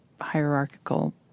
hierarchical